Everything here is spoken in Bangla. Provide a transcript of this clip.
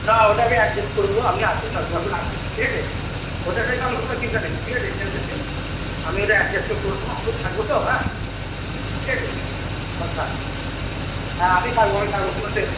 না ওটা আমি অ্যাডজাস্ট করে দেবো আপনি আসুন না সময় করে আসুন ঠিক আছে ওটা নিয়ে আপনার কোনো চিন্তা নেই ঠিক আছে টেনশন নেই আমি ওটা অ্যাডজাস্টমেন্ট করে নেবো আমি থাকবো তো হ্যাঁ ঠিক আছে আমার কাজ হ্যাঁ আমি থাকবো আমি থাকবো কোনো টেনশন নেই